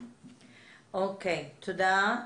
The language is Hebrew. תודה.